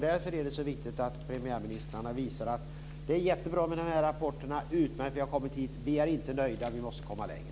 Därför är det viktigt att premiärministrarna visar att de tycker att dessa rapporter är bra, att det är utmärkt att man har kommit så här långt, men att de inte är nöjda och att man måste komma längre.